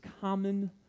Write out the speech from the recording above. common